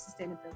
sustainability